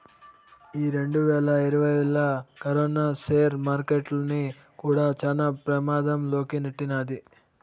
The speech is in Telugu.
ఈ రెండువేల ఇరవైలా కరోనా సేర్ మార్కెట్టుల్ని కూడా శాన పెమాధం లోకి నెట్టినాది